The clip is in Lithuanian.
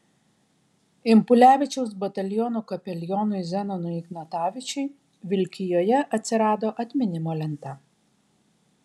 impulevičiaus batalionų kapelionui zenonui ignatavičiui vilkijoje atsirado atminimo lenta